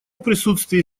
присутствие